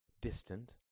distant